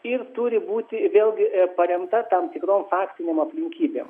ir turi būti vėlgi paremta tam tikrom faktinėm aplinkybėm